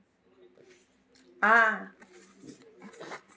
ah